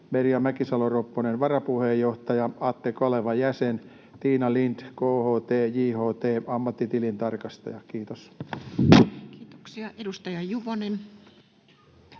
Merja Mäkisalo-Ropponen, varapuheenjohtaja; Atte Kaleva, jäsen; Tiina Lind, KHT, JHT, ammattitilintarkastaja.” — Kiitos. Kiitoksia. — Edustaja Juvonen.